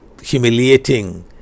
humiliating